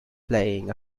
playing